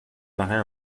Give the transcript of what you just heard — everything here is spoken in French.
paraît